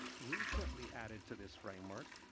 recently added to this framework,